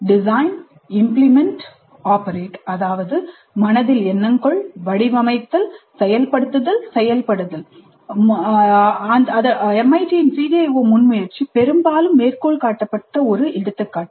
MITயின் CDIO மனதில் எண்ணங்கொள் வடிவமைத்தல் செயல்படுத்துதல் செயல்படுதல் முன்முயற்சி பெரும்பாலும் மேற்கோள் காட்டப்பட்ட ஒரு எடுத்துக்காட்டு